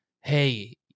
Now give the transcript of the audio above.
Hey